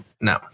No